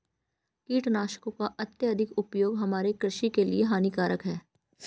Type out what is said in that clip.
कीटनाशकों का अत्यधिक उपयोग हमारे कृषि के लिए हानिकारक है